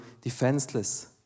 defenseless